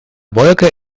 wolke